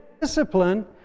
discipline